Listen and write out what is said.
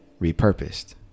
repurposed